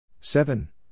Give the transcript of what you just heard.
seven